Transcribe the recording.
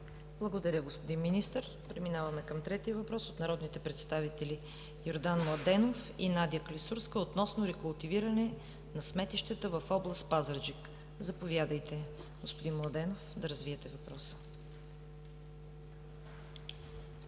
Благодаря, господин Министър. Преминаваме към трети въпрос от народните представители Йордан Младенов и Надя Клисурска относно рекултивиране на сметищата в област Пазарджик. Заповядайте, господин Младенов, да развиете въпроса.